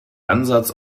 ansatz